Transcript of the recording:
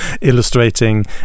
illustrating